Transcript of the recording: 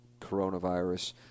coronavirus